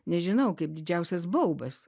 nežinau kaip didžiausias baubas